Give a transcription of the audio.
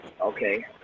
okay